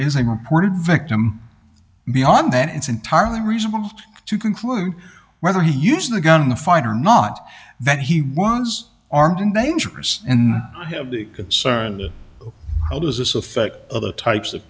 reported victim beyond that it's entirely reasonable to conclude whether he used the gun in the fight or not that he was armed and dangerous and i have the concern how does this affect other types of